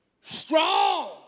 strong